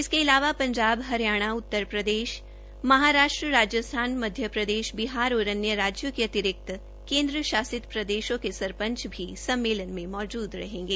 इसके अलावा पंजाब हरियाणा उतरप्रदेश महाराष्ट्र राजस्थान मध्यप्रदेश बिहार और अन्य राज्यों के अतिरिक्त केन्द्र शासित प्रदेशों के सरपंच भी सम्मेलन में मौजूद रहेंगे